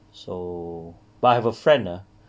so but I have a friend lah